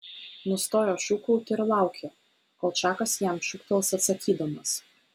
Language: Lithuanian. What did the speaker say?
nustojo šūkauti ir laukė kol čakas jam šūktels atsakydamas